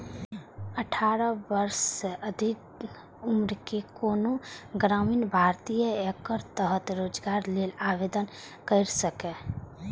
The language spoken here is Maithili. अठारह वर्ष सँ अधिक उम्रक कोनो ग्रामीण भारतीय एकर तहत रोजगार लेल आवेदन कैर सकैए